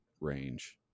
range